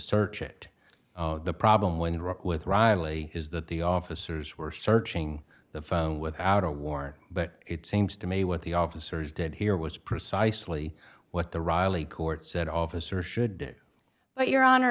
search it the problem with iraq with riley is that the officers were searching the phone without a warrant but it seems to me what the officers did here was precisely what the riley court said officer should but your honor